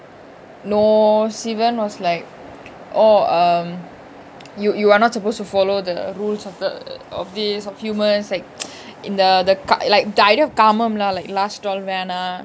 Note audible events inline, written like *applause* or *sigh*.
no sivan was like oh um you you are not supposed to follow the rules of the of these of humans like *noise* இந்த:intha that kind like the idea kaamam lah last all வேணா:venaa